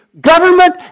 government